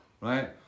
right